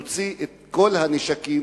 להוציא את כל הנשקים,